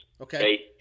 Okay